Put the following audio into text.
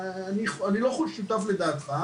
אני לא שותף לידיעתך,